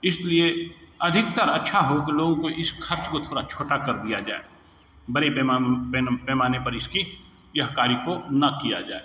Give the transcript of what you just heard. इसलिए अधिकतर अच्छा हो कि लोगों को इस खर्च को थोड़ा छोटा कर दिया जाए बड़े पैमा पैमाने पर इसकी यह कार्य को न किया जाए